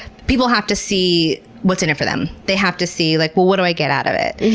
people have to see what's in it for them. they have to see, like well what do i get out of it?